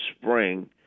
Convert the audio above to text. spring